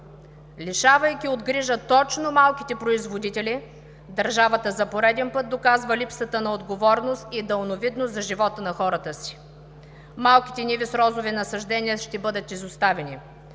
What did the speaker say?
Лишавайки от грижа точно малките производители, държавата за пореден път доказва липсата на отговорност и далновидност за живота на хората си. Малките ниви с розови насаждения ще бъдат изоставени.